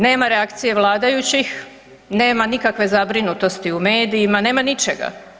Nema reakcije vladajućih, nema nikakve zabrinutosti u medijima, nema ničega.